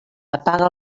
apaga